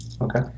Okay